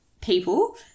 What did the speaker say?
people